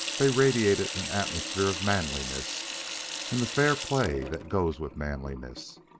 they radiated an atmosphere of manliness and the fair play that goes with manliness.